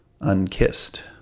unkissed